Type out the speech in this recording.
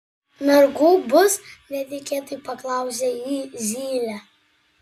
mergų bus netikėtai paklausė jį zylė